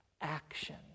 action